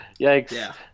Yikes